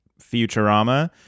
Futurama